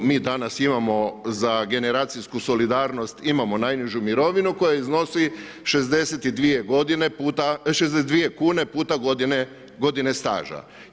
Mi danas imamo za generacijsku solidarnost imamo najnižu mirovinu koja iznosi 62 kune puta godine staža.